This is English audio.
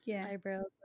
eyebrows